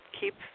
Keep